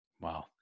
Wow